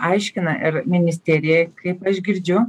aiškina ir ministerija kaip aš girdžiu